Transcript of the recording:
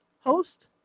host